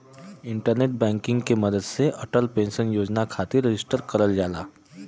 internet banking के मदद से अटल पेंशन योजना खातिर रजिस्टर करल जाला